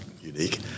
unique